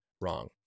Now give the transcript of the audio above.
wrong